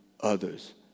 others